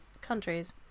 countries